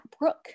brook